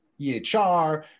ehr